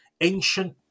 ancient